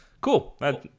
Cool